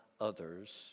others